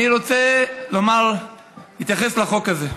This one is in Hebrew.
אני רוצה להתייחס לחוק הזה.